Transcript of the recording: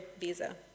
visa